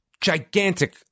gigantic